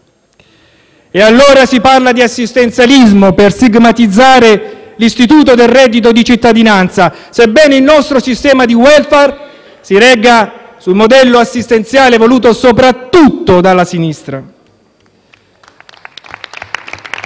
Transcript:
E allora si parla di assistenzialismo per stigmatizzare l'istituto del reddito di cittadinanza, sebbene il nostro sistema di *welfare* si regga sul modello assistenziale voluto soprattutto dalla sinistra.